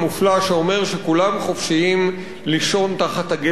חופשיים לישון תחת הגשר אם הם רוצים בכך.